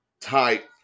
type